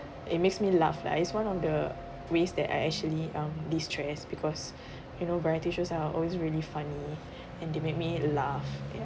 it makes me laugh like it's one of the ways that I actually um destress because you know variety shows are always really funny and they made me laugh